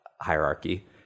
hierarchy